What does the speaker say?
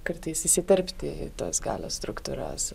kartais įsiterpti į tas galios struktūras